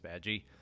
Badgie